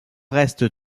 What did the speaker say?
reste